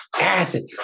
acid